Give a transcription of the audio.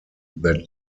that